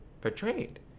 portrayed